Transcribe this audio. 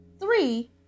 three